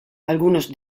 algunos